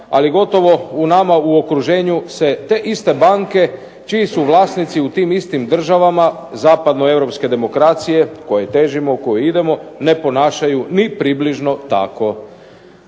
ali gotovo u nama u okruženju se te iste banke čiji su vlasnici u tim istim državama zapadnoeuropske demokracije kojoj težimo, u koju idemo, ne ponašaju ni približno tako.